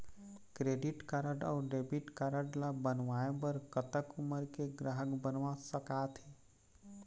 Credit card अऊ debit card ला बनवाए बर कतक उमर के ग्राहक बनवा सका थे?